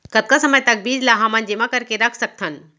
कतका समय तक बीज ला हमन जेमा करके रख सकथन?